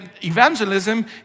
evangelism